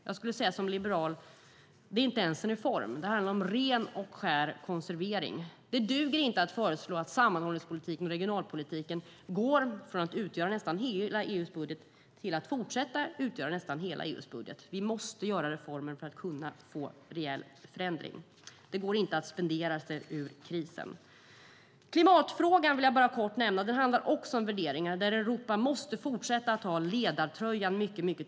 Jag skulle som liberal säga att det inte ens är en reform. Det handlar om ren och skär konservering. Det duger inte att föreslå att sammanhållningspolitiken och regionalpolitiken ska gå från att utgöra nästan hela EU:s budget till att fortsätta utgöra nästan hela EU:s budget. Vi måste genomföra reformer för att kunna få en reell förändring. Det går inte att spendera sig ur krisen. Klimatfrågan vill jag bara kort nämna. Den handlar också om värderingar. Där måste Europa fortsätta att ha ledartröjan mycket tydligare.